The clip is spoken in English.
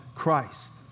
Christ